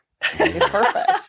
Perfect